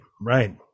right